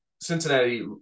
Cincinnati